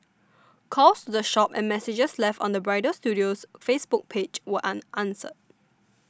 calls the shop and messages left on the bridal studio's Facebook page were unanswered